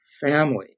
family